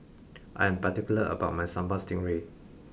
I am particular about my sambal stingray